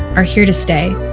are here to stay.